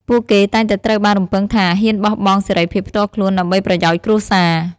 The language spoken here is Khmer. ពួកគេតែងតែត្រូវបានរំពឹងថា ហ៊ានបោះបង់សេរីភាពផ្ទាល់ខ្លួន ដើម្បីប្រយោជន៍គ្រួសារ។